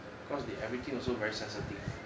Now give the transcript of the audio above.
cause they everything also very sensitive